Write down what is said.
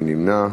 מי נמנע?